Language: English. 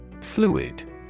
Fluid